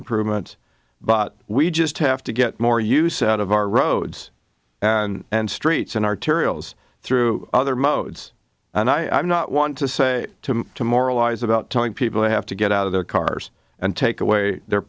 improvements but we just have to get more use out of our roads and streets and arterials through other modes and i do not want to say to to moralize about telling people they have to get out of their cars and take away their